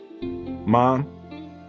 Mom